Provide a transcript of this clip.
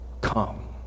come